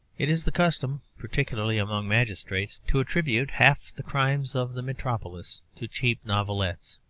it is the custom, particularly among magistrates, to attribute half the crimes of the metropolis to cheap novelettes.